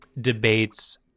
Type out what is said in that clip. Debates